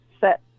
set